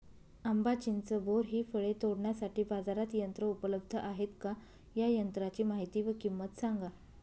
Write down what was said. आंबा, चिंच, बोर हि फळे तोडण्यासाठी बाजारात यंत्र उपलब्ध आहेत का? या यंत्रांची माहिती व किंमत सांगा?